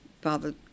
father